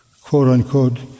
quote-unquote